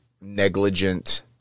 negligent